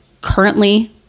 currently